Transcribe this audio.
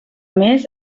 més